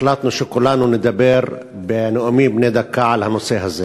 החלטנו שכולנו נדבר בנאומים בני דקה על הנושא הזה.